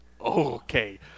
Okay